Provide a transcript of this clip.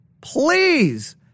Please